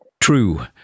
true